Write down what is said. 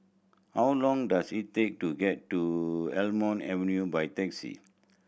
how long does it take to get to Almond Avenue by taxi